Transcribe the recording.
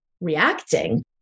reacting